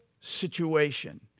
situation